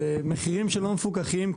זה מחירים שלא מפוקחים,